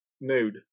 nude